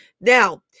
Now